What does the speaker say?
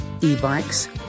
e-bikes